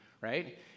right